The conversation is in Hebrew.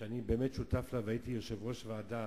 שאני באמת שותף לה, והייתי יושב-ראש ועדה,